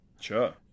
Sure